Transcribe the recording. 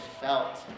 felt